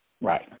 Right